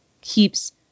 keeps